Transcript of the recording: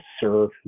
serve